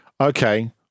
Okay